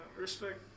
respect